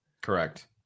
Correct